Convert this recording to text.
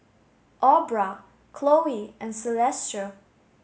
Aubra Khloe and Celestia